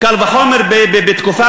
קל וחומר בתקופה,